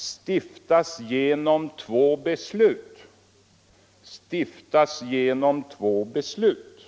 — ”genom två beslut.” Det står alltså: ”stiftas genom två beslut”.